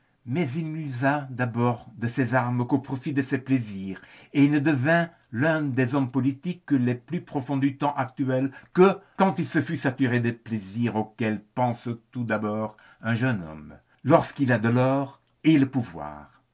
mais il n'usa d'abord de ses armes qu'au profit de ses plaisirs et ne devint l'un des hommes politiques les plus profonds du temps actuel quand il se fut saturé des plaisirs auxquels pense tout d'abord un jeune homme lorsqu'il a de l'or et le pouvoir